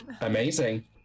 Amazing